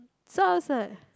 so I was like